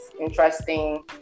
interesting